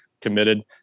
committed